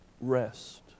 rest